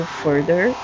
further